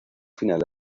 final